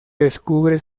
descubre